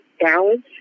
balance